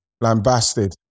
lambasted